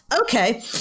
Okay